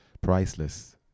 priceless